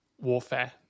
warfare